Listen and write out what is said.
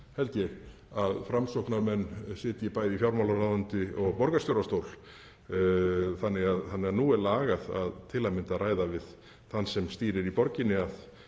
ég, að Framsóknarmenn sitji bæði í fjármálaráðuneyti og borgarstjórastól þannig að nú er lag til að mynda að ræða við þann sem stýrir borginni um